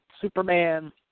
Superman